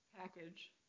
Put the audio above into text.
package